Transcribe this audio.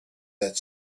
that